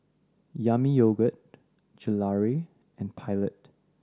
Yami Yogurt Gelare and Pilot